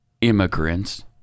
immigrants